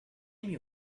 mio